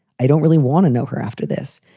i don't really want to know her after this.